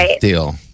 deal